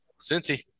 Cincy